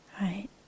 right